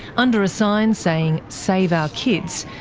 under a sign saying save our kids,